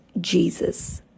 Jesus